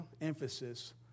emphasis